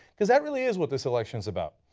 because that really is what this election is about.